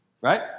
right